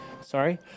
Sorry